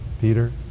Peter